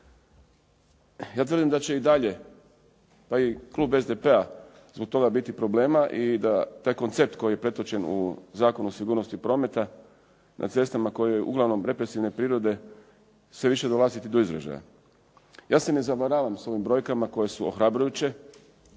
Ja tvrdim da će i dalje pa i klub SDP-a zbog toga biti problema i da taj koncept koji je pretočen u Zakon o sigurnosti prometa na cestama koji je uglavnom represivne prirode, sve više dolaziti do izražaja. Ja se ne zavaravam s ovim brojkama koje su ohrabrujuće